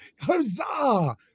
Huzzah